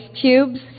cubes